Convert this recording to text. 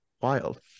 wild